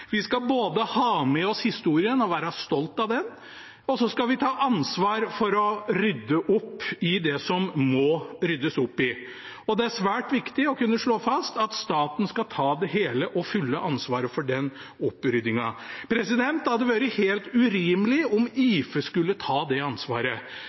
Vi skal både ha med oss historien og være stolt av den, og vi skal ta ansvar for å rydde opp i det som må ryddes opp i. Det er svært viktig å kunne slå fast at staten skal ta det hele og fulle ansvaret for den oppryddingen. Det hadde vært helt urimelig om